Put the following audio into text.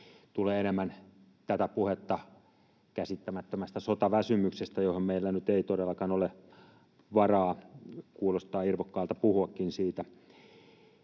tulee enemmän tätä puhetta käsittämättömästä sotaväsymyksestä, johon meillä nyt ei todellakaan ole varaa? Kuulostaa irvokkaalta puhuakin siitä.